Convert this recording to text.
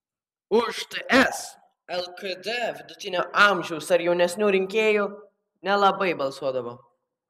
už ts lkd vidutinio amžiaus ar jaunesnių rinkėjų nelabai balsuodavo